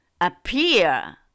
appear